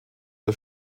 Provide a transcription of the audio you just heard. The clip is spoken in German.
das